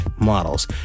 models